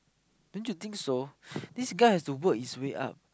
don't you think so this guy has to work his way up